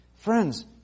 Friends